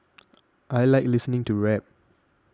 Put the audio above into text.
I like listening to rap